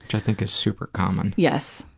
i think is super common. yes,